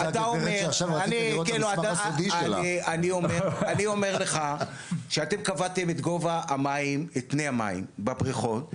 אני אומר לך שאתם קבעתם את גובה המים בבריכות,